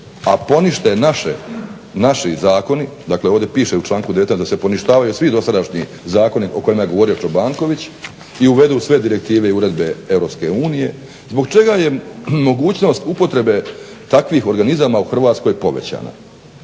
a ponište naši zakoni, dakle ovdje piše u članku 19. da se poništavaju svi dosadašnji zakoni o kojima je govorio Čobanković, i uvedu sve direktive i uredbe EU zbog čega je mogućnost upotrebe takvih organizama u Hrvatskoj povećana?